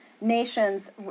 Nations